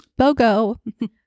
Bogo